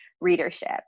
readership